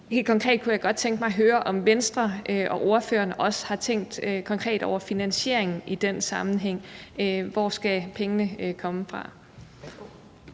Helt konkret kunne jeg godt tænke mig at høre, om Venstre og ordføreren også har tænkt konkret over finansieringen i den sammenhæng. Hvor skal pengene komme fra?